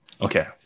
Okay